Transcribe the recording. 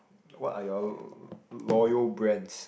what are your loyal brands